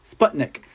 Sputnik